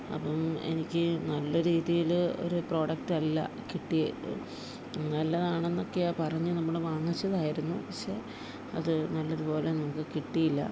അപ്പം എനിക്ക് നല്ല രീതിയിൽ ഒരു പ്രോഡക്റ്റ് അല്ല കിട്ടിയത് നല്ലതാണെന്നൊക്കെയാ പറഞ്ഞ് നമ്മൾ വാങ്ങിച്ചതായിരുന്നു പക്ഷെ അത് നല്ലതുപോലെ നമുക്ക് കിട്ടിയില്ല